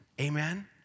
Amen